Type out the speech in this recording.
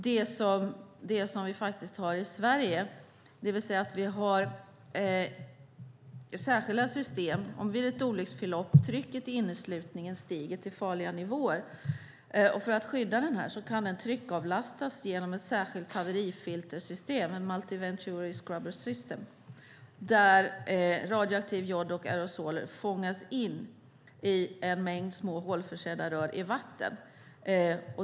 I Sverige har vi särskilda system som går ut på att om trycket i inneslutningen vid ett olycksförlopp stiger till farliga nivåer kan den för att skyddas tryckavlastas genom ett särskilt haverifiltersystem, ett multi venturi scrubber system, där radioaktiv jod och aerosoler fångas in i en mängd små hålförsedda rör i vatten.